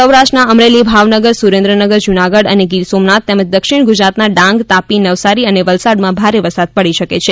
સૌરાષ્ટ્રના અમરેલી ભાવનગર સુરેન્દ્રનગર જૂનાગઢ અને ગીરસોમનાથ તેમજ દક્ષિણ ગુજરાતના ડાંગ તાપી નવસારી અને વલસાડમાં ભારે વરસાદ પડી શકે છે